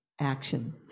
action